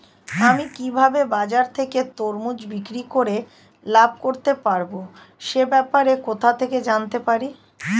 আমি কিভাবে বাজার থেকে তরমুজ বিক্রি করে লাভ করতে পারব সে ব্যাপারে কোথা থেকে জানতে পারি?